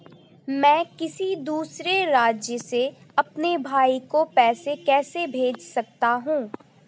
मैं किसी दूसरे राज्य से अपने भाई को पैसे कैसे भेज सकता हूं?